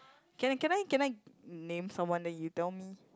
can I can I can I name someone then you tell me